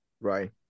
right